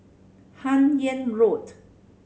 Hun Yeang Road